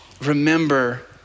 Remember